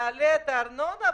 נעלה את הארנונה,